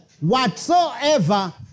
whatsoever